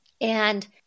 And-